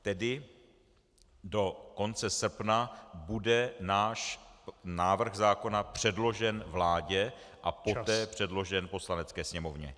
Tedy do konce srpna bude náš návrh zákona předložen vládě a poté předložen Poslanecké sněmovně.